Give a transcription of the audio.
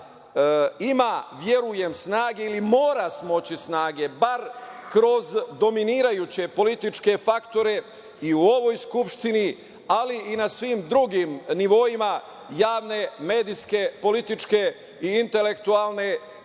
ima, verujem, snage ili mora smoći snage, bar kroz dominirajuće političke faktore i u ovoj Skupštini, ali i na svim drugim nivoima javne, medijske, političke i intelektualne